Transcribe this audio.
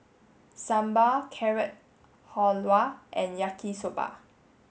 Sambar Carrot Halwa and Yaki Soba